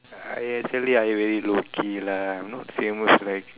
I actually I very low key lah I am not famous like